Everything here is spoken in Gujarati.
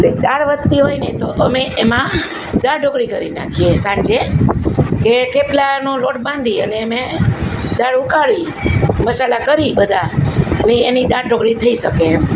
એટલે દાળ વધતી હોય ને તો અમે એમાં દાળ ઢોકળી કરી નાખીએ સાંજે એ થેપલાનો લોટ બાંધી અને અમે દાળ ઉકાળી મસાલા કરી બધા અને એની દાળ ઢોકળી થઈ શકે એમ